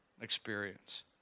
experience